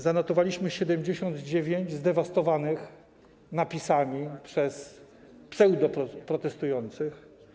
Zanotowaliśmy 79 zdewastowanych napisami przez pseudoprotestujących.